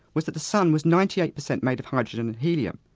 was that the sun was ninety eight percent made of hydrogen and helium,